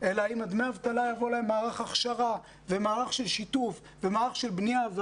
אלא עם דמי האבטלה יבוא להם מערך הכשרה ומערך של שיתוף ומערך של בנייה,